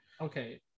Okay